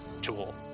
Jewel